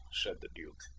said the duke.